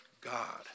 God